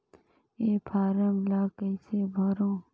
ये फारम ला कइसे भरो?